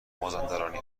مازندرانی